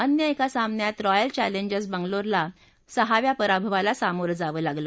अन्य एका सामन्यात रॉयल चॅलेंजर्स बंगलोरला सहाव्या पराभवाला सामोरं जावं लागलं